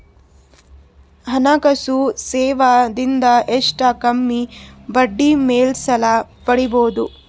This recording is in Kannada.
ಹಣಕಾಸು ಸೇವಾ ದಿಂದ ಎಷ್ಟ ಕಮ್ಮಿಬಡ್ಡಿ ಮೇಲ್ ಸಾಲ ಪಡಿಬೋದ?